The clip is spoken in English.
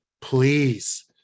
please